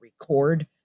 record